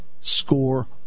score